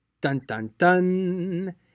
dun-dun-dun